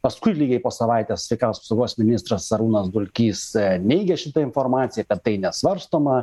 paskui lygiai po savaitės sveikatos apsaugos ministras arūnas dulkys neigė šitą informaciją kad tai nesvarstoma